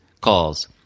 calls